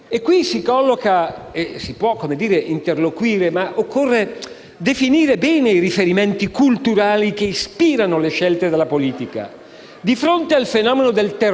Concludo con una brevissima osservazione, che pongo come problema al collega Gozi, che so competente e sensibile.